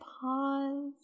pause